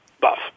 Buff